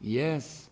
yes